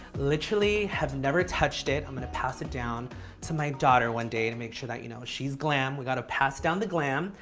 literally have never touched it. i'm going to pass it down to my daughter one day to make sure that, you know, know, she's glam. we've got to pass down the glam.